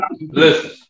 listen